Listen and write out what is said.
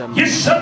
Yes